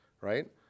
right